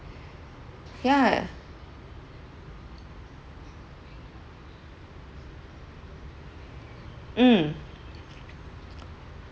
yeah mm